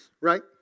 right